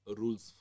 rules